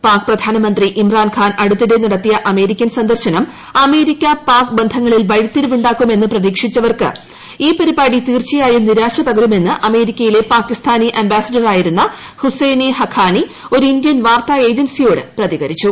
പാക് പ്രധാനമന്ത്രി ഇമ്രാൻ ഖ്ലാൻ അടുത്തിടെ നടത്തിയ അമേരിക്കൻ സന്ദർശനം അമേരിക്ക പ്പാക്ക് ബന്ധങ്ങളിൽ വഴിത്തിരിവ് ഉ ാക്കും എന്ന് പ്രതീക്ഷിച്ചവർക്ക് ഇന്റ് പ്രിപാടി തീർച്ചയായും നിരാശ പകരുമെന്ന് അമേരിക്കയിലെ പ്രിക്ടിസ്ഥാനി അംബാസിഡറായിരുന്ന ഹുസൈൻ ഹഖാനി ഒരു ഇന്ത്യൻ ഖാർത്താ ഏജൻസിയോട് പ്രതികരിച്ചു